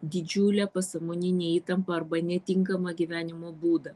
didžiulę pasąmoninę įtampą arba netinkamą gyvenimo būdą